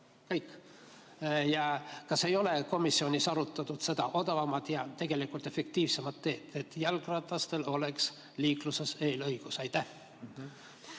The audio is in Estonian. Kõik. Kas ei ole komisjonis arutatud seda odavamat ja tegelikult efektiivsemat teed, et jalgratastel oleks liikluses eesõigus? Aitäh,